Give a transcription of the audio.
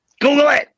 Google